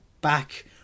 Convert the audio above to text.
back